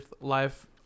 life